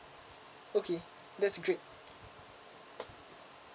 okay that's great